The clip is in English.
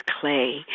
clay